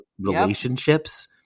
relationships